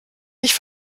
nicht